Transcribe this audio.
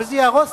וזה יהרוס